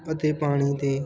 ਅਤੇ ਪਾਣੀ ਅਤੇ